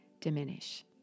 diminish